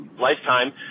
lifetime